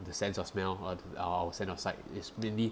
the sense of smell or our sense of sight is mainly